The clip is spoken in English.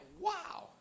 wow